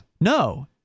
no